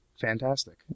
fantastic